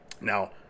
Now